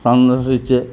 സന്ദർശിച്ച്